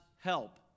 help